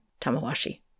Tamawashi